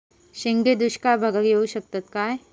शेंगे दुष्काळ भागाक येऊ शकतत काय?